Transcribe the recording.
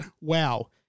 Wow